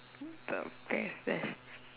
the test test